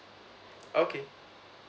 okay